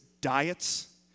diets